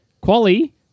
Quali